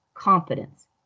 confidence